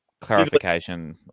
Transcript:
clarification